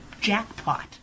jackpot